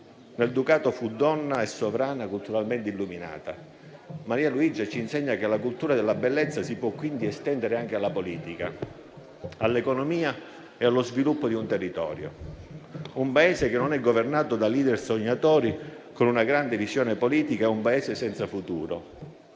Nel Ducato fu donna e sovrana culturalmente illuminata. Maria Luigia ci insegna che la cultura della bellezza si può quindi estendere anche alla politica, all'economia e allo sviluppo di un territorio. Un Paese che non è governato da *leader* sognatori con una grande visione politica è un Paese senza futuro.